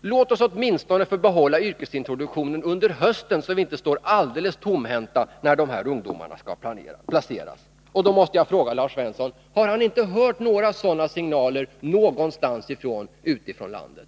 Låt oss åtminstone få behålla yrkesintroduktionen under hösten, så att vi inte står alldeles tomhänta när de här ungdomarna skall placeras. Har Lars Svensson inte hört några sådana signaler någonstans ifrån i landet?